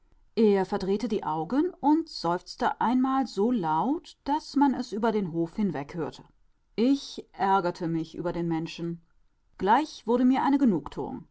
er verdrehte die augen und seufzte einmal so laut daß man es über den hof hinweg hörte ich ärgerte mich über den menschen gleich wurde mir eine